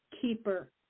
keeper